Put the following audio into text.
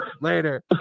later